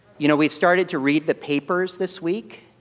you know we started to read the papers this week.